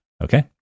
okay